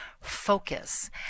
focus